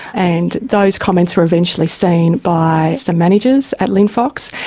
and those comments were eventually seen by some managers at linfox,